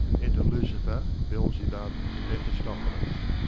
enter lucifer, belzebub, and mephistophilis.